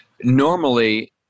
normally